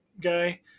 guy